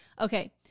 Okay